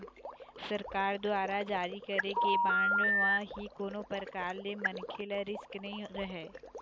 सरकार दुवारा जारी करे गे बांड म ही कोनो परकार ले मनखे ल रिस्क नइ रहय